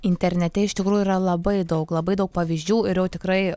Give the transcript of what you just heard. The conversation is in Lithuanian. internete iš tikrųjų yra labai daug labai daug pavyzdžių ir jau tikrai